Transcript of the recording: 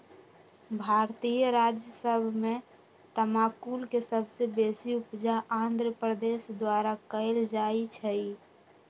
भारतीय राज्य सभ में तमाकुल के सबसे बेशी उपजा आंध्र प्रदेश द्वारा कएल जाइ छइ